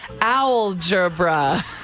Algebra